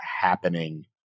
happening